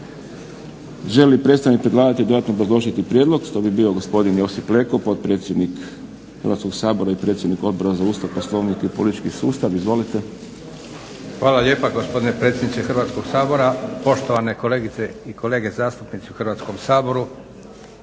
Hvala lijepa gospodine predsjedniče Hrvatskog sabora, poštovane kolegice i kolege zastupnici u Hrvatskom saboru.